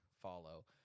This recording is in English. follow